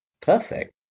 Perfect